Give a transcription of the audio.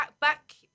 back